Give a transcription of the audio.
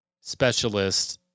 specialist